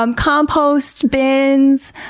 um compost bins,